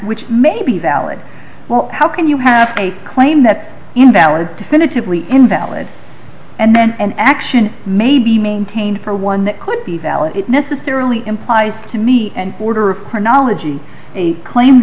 which may be valid well how can you have a claim that invalid definitively invalid and then an action may be maintained or one that could be valid it necessarily implies to me and order of our knowledge and a claim